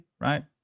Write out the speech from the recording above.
right